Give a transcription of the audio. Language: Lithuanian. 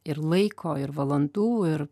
ir laiko ir valandų ir